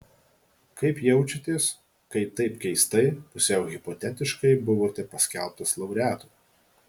kaip jaučiatės kai taip keistai pusiau hipotetiškai buvote paskelbtas laureatu